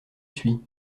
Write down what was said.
suis